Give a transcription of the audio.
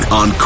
on